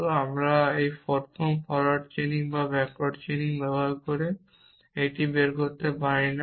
কিন্তু আমরা প্রথম ফরোয়ার্ড চেইনিং বা ব্যাক ওয়ার্ড চেইনিং ব্যবহার করে এটি বের করতে পারি না